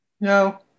No